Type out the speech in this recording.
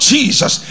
Jesus